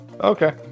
Okay